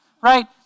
right